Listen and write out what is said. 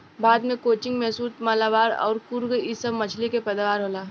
भारत मे कोचीन, मैसूर, मलाबार अउर कुर्ग इ सभ मछली के पैदावार होला